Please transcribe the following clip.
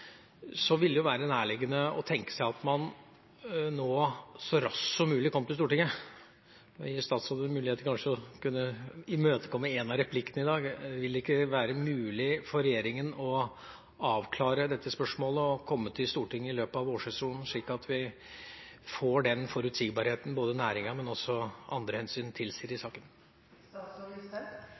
vil det være nærliggende å tenke seg at man nå så raskt som mulig kom til Stortinget – og jeg gir statsråden en mulighet til kanskje å kunne imøtekomme én av replikkene i dag: Vil det ikke være mulig for regjeringa å avklare dette spørsmålet og komme til Stortinget i løpet av vårsesjonen, slik at vi får den forutsigbarheten som næringa trenger, men også andre hensyn tilsier i